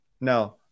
No